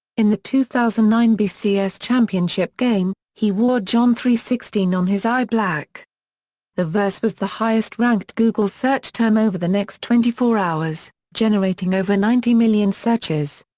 in the two thousand and nine bcs championship game, he wore john three sixteen on his eye black the verse was the highest-ranked google search term over the next twenty four hours, generating over ninety million searches.